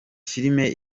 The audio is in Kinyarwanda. filime